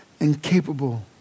incapable